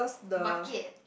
market